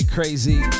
Crazy